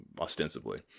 ostensibly